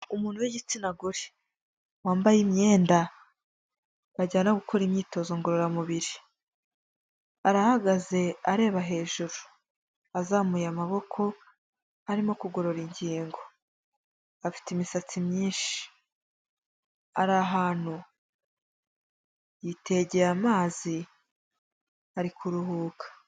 Umuntu w'igitsina gore wambaye imyenda bajyana gukora imyitozo ngororamubiri, arahagaze areba hejuru azamuye amaboko arimo kugorora ingingo, afite imisatsi myinshi ari ahantu yitegeye amazi ari kuruhuka.